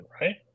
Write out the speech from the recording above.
right